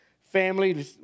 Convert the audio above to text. family